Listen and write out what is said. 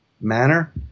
manner